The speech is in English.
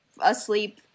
asleep